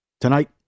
Tonight